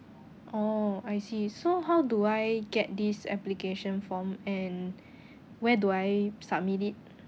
oh I see so how do I get this application form and where do I submit it